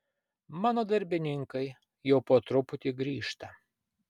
mano darbininkai jau po truputį grįžta